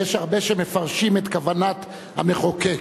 יש הרבה שמפרשים את כוונת המחוקק,